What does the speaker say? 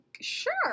Sure